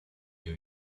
you